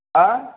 ہاں